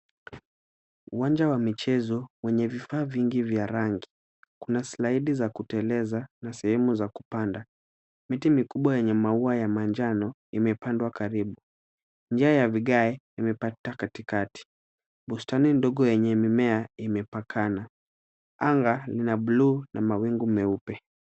Uwanja wa michezo wenye vifaa vingi vya rangi .Kuna slaidi za kuteleza na sehemu za kupanda ,miti mikubwa yenye maua ya manjano imepandwa karibu , njia ya vigae imepita katikati ,bustani ndogo yenye mimea imepakana , anga ni la bluu na mawingu meupe.